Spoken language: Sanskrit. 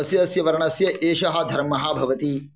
अस्य अस्य वर्णस्य एषः धर्मः भवति